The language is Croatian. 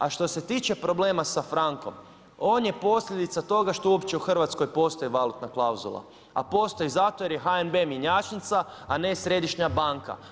A što se tiče problema sa frankom on je posljedica toga što uopće u Hrvatskoj postoji valutna klauzula, a postoji zato jer je HNB mjenjačnica, a ne središnja banka.